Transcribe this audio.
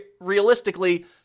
realistically